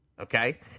okay